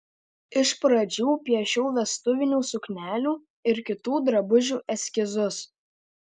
iš pradžių piešiau vestuvinių suknelių ir kitų drabužių eskizus